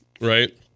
right